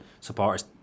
supporters